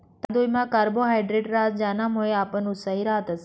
तांदुयमा कार्बोहायड्रेट रहास ज्यानामुये आपण उत्साही रातस